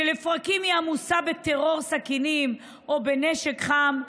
שלפרקים היא עמוסה בטרור סכינים או בנשק חם,